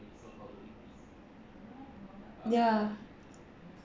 ya